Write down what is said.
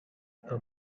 the